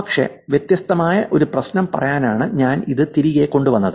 പക്ഷേ വ്യത്യസ്തമായ ഒരു പ്രശ്നം പറയാനാണ് ഞാൻ ഇത് തിരികെ കൊണ്ടുവന്നത്